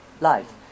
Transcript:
life